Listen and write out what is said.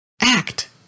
act